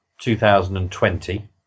2020